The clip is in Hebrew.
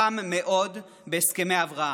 חם מאוד, בהסכמי אברהם.